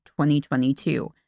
2022